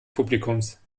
publikums